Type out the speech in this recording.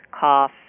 cough